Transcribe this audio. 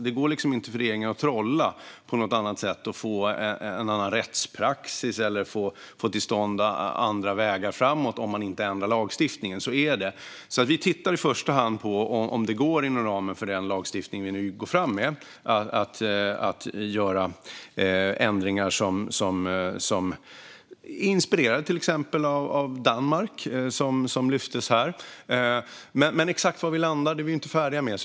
Det går liksom inte för regeringen att trolla på något annat sätt och få en annan rättspraxis eller få till stånd andra vägar framåt om man inte ändrar lagstiftningen, så är det. Vi tittar i första hand på om det går inom ramen för den lagstiftning vi nu går fram med att göra ändringar som till exempel är inspirerade av bestämmelserna i Danmark, som lyftes fram här. Men exakt var vi landar är vi inte färdiga med.